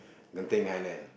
Genting-Highland